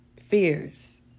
fears